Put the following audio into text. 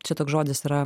čia toks žodis yra